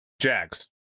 Jags